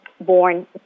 born